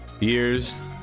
Years